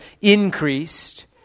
increased